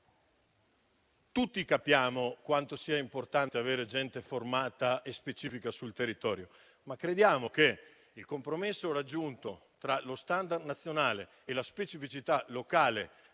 Tutti capiamo quanto sia importante avere gente formata e specifica sul territorio. Ma crediamo che il compromesso raggiunto tra lo *standard* nazionale e la specificità locale,